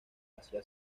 hacia